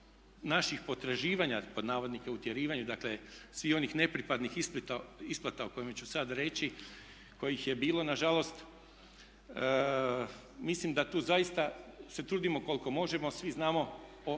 na "utjerivanju" naših potraživanja, dakle svih onih nepripadnih isplata o kojima ću sada reći kojih je bilo nažalost. Mislim da tu zaista se trudimo koliko možemo. Svi znamo o